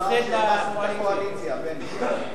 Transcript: הקואליציה הפסידה בהצבעה.